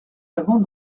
avant